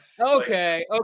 Okay